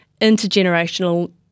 intergenerational